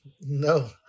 No